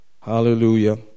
Hallelujah